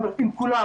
ועם כולם,